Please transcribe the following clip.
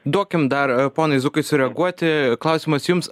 duokim dar ponui zukui sureaguoti klausimas jums